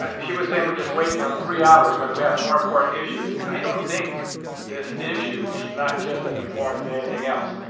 she was saying we're just waiting you know three hours when we have more important issues. i don't think this issue is not just as important as anything else.